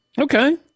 Okay